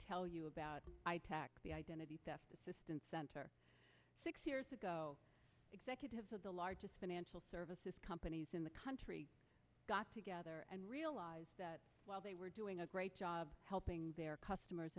tell you about the identity theft assistance center six years ago executives of the largest financial services companies in the country got together and realized that while they were doing a great job helping their customers